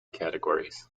categories